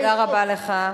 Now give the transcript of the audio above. תודה רבה לך.